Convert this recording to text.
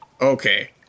okay